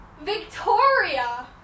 Victoria